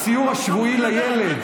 הציור השבועי לילד,